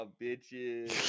bitches